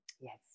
Yes